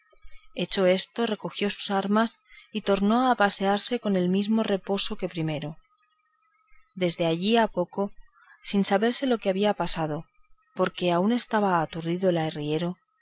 hecho esto recogió sus armas y tornó a pasearse con el mismo reposo que primero desde allí a poco sin saberse lo que había pasado porque aún estaba aturdido el arriero llegó otro con la